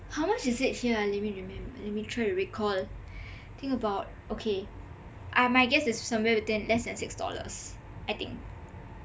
how much is it here ah let me let me let me try to recall I think about okay ah my guess is somewhere between less than six dollars I think